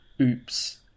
oops